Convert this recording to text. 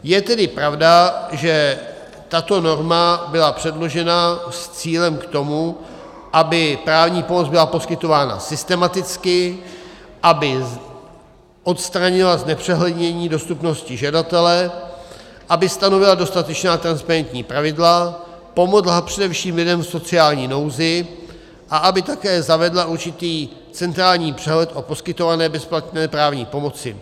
Je tedy pravda, že tato norma byla předložena s cílem k tomu, aby právní pomoc byla poskytována systematicky, aby odstranila znepřehlednění dostupnosti žadatele, aby stanovila dostatečná transparentní pravidla, pomohla především lidem v sociální nouzi a aby také zavedla určitý centrální přehled o poskytované bezplatné právní pomoci.